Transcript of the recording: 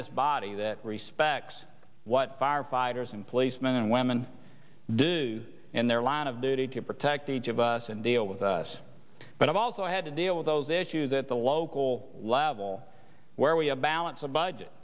this body that respects what firefighters and police men and women do in their line of duty to protect each of us and deal with this but i've also had to deal with those issues that the local level where we have balance a budget